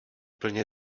plně